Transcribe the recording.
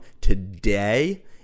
today